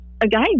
again